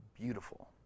beautiful